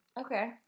Okay